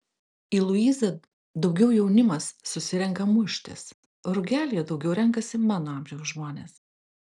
į luizą daugiau jaunimas susirenka muštis rugelyje daugiau renkasi mano amžiaus žmonės